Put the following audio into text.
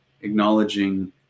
acknowledging